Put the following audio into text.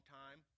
time